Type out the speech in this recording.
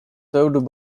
served